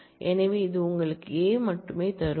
எனவே இது உங்களுக்கு A ஐ மட்டுமே தரும்